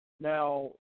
Now